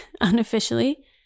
unofficially